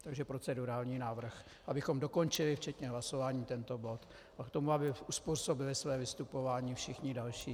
Takže procedurální návrh, abychom dokončili včetně hlasování tento bod a k tomu aby uzpůsobili své vystupování všichni další.